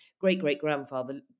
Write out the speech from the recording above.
great-great-grandfather